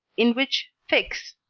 in which fix,